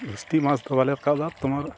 ᱡᱩᱥᱴᱤ ᱢᱟᱥᱫᱚ ᱵᱟᱝᱞᱮ ᱨᱟᱠᱟᱵᱫᱟ ᱛᱳᱢᱟᱨ